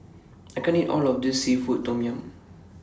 I can't eat All of This Seafood Tom Yum